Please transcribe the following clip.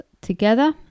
together